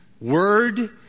word